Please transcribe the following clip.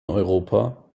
europa